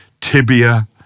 tibia